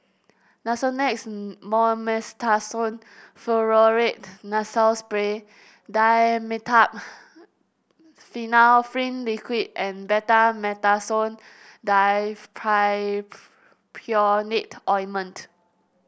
Nasonex Mometasone Furoate Nasal Spray Dimetapp Phenylephrine Liquid and Betamethasone Dipropionate Ointment